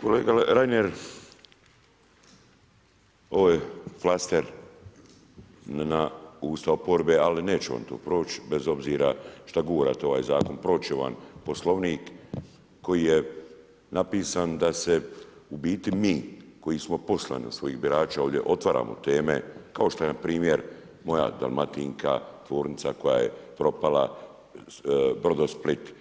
Kolega Reiner, ovo je flaster na … ali neće vam to proći, bez obzira što gurate ovaj zakon, proći će vam poslovnik, koji je napisan da se u biti mi, koji smo poslani od svojih birača ovdje otvaramo teme, kao što je npr. moja Dalmatinka, tvornica koja je propala, Brodosplit,